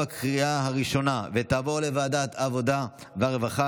לוועדת העבודה והרווחה